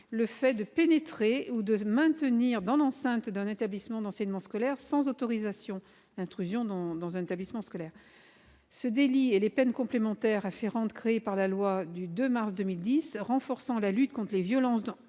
le fait de pénétrer ou de se maintenir dans l'enceinte d'un établissement d'enseignement scolaire sans autorisation. Ce délit et les peines complémentaires afférentes créés par la loi du 2 mars 2010 renforçant la lutte contre les violences